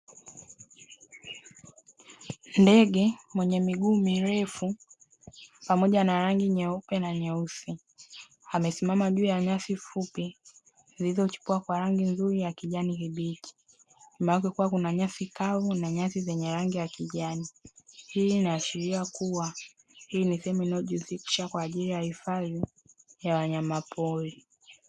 Ndege mwenye miguu mirefu pamoja na rangi nyeupe na nyeusi, amesimama juu ya nyasi fupi zilizochipua kwa rangi nzuri ya kijani kibichi, nyuma yake kukiwa kuna nyasi kavu na nyasi zenye rangi ya kijani. Hii inaashiria kuwa, hii ni sehemu inayojisisha kwa ajili ya hifadhi ya wanyama pori.